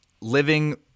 living